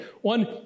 One